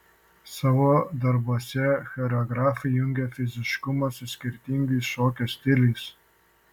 savo darbuose choreografai jungia fiziškumą su skirtingais šokio stiliais